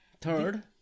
Third